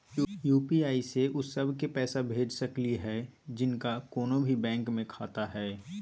UPI स उ सब क पैसा भेज सकली हई जिनका कोनो भी बैंको महिना खाता हई?